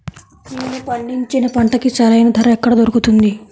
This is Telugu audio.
నేను పండించిన పంటకి సరైన ధర ఎక్కడ దొరుకుతుంది?